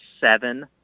seven